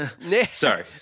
sorry